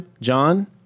John